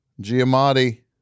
Giamatti